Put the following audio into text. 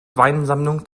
weinsammlung